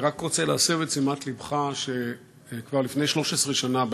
אני רוצה להסב את תשומת לבך לכך שכבר לפני 13 שנה,